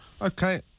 okay